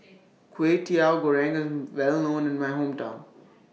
Kwetiau Goreng IS Well known in My Hometown